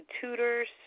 tutors